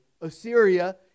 Assyria